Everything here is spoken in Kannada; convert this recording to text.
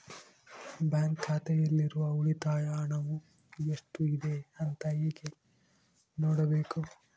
ಬ್ಯಾಂಕ್ ಖಾತೆಯಲ್ಲಿರುವ ಉಳಿತಾಯ ಹಣವು ಎಷ್ಟುಇದೆ ಅಂತ ಹೇಗೆ ನೋಡಬೇಕು?